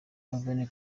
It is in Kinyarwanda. bahrain